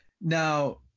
Now